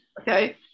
okay